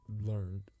learned